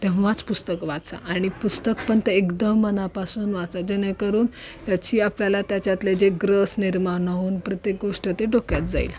तेव्हाच पुस्तक वाचा आणि पुस्तकपण ते एकदम मनापासून वाचा जेणेकरून त्याची आपल्याला त्याच्यातले जे रस निर्माण होऊन प्रत्येक गोष्ट ते डोक्यात जाईल